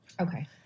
Okay